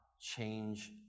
change